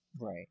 Right